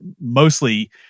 mostly